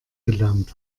gelernt